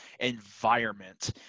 environment